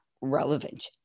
relevant